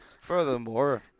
Furthermore